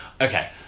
okay